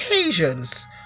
occasions